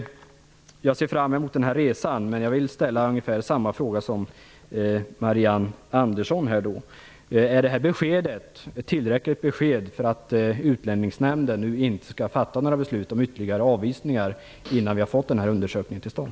Jag ser fram mot den resa som statsrådet talar om. Jag vill dock ställa ungefär samma fråga som Marianne Andersson. Är detta besked tillräckligt för att Utlänningsnämnden nu inte skall fatta några beslut om ytterligare avvisningar innan vi får denna undersökning till stånd?